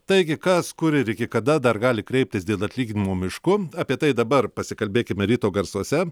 taigi kas kur ir iki kada dar gali kreiptis dėl atlyginimo mišku apie tai dabar pasikalbėkime ryto garsuose